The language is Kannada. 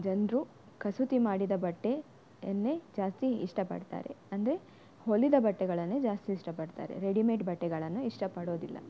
ಜನರು ಕಸೂತಿ ಮಾಡಿದ ಬಟ್ಟೆಯನ್ನೇ ಜಾಸ್ತಿ ಇಷ್ಟಪಡ್ತಾರೆ ಅಂದರೆ ಹೊಲಿದ ಬಟ್ಟೆಗಳನ್ನೆ ಜಾಸ್ತಿ ಇಷ್ಟಪಡ್ತಾರೆ ರೆಡಿಮೇಡ್ ಬಟ್ಟೆಗಳನ್ನು ಇಷ್ಟಪಡೋದಿಲ್ಲ